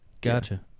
gotcha